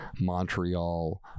Montreal